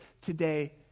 today